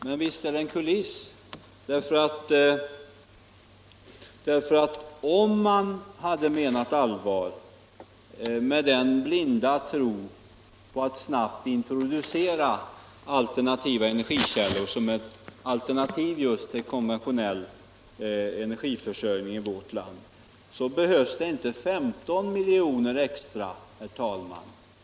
Men visst är det en kuliss, för om man hade menat allvar med sin till synes blinda tro på att snabbt kunna introducera alternativ till konventionell energiförsörjning i vårt land, hade man ju insett, herr talman, att det behövs inte bara 15 milj.kr. extra.